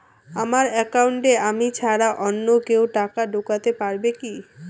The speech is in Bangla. আমার একাউন্টে আমি ছাড়া অন্য কেউ টাকা ঢোকাতে পারবে কি?